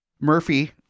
Murphy